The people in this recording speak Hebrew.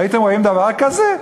הייתם רואים דבר כזה?